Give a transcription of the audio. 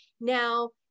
now